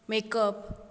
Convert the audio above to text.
makeup